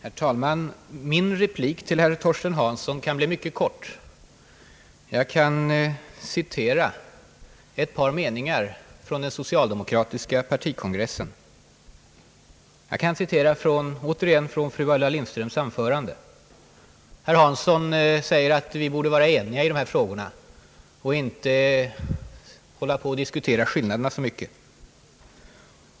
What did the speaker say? Herr talman! Min replik till herr Torsten Hansson kan bli mycket kort. Jag kan åter citera från fru Ulla Lindströms anförande vid den socialdemokratiska partikongressen i oktober 1967. Herr Hansson säger att vi borde vara eniga i de här frågorna och inte dis , kutera skillnaderna så mycket.